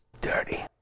dirty